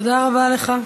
תודה רבה לך.